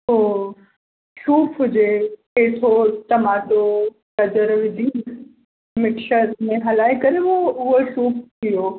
पोइ सूप हुजे पीसो टमाटो गजर विझी मिक्सर में हलाए करे उहो उहो सूप पीओ